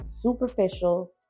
superficial